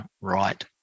right